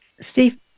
Steve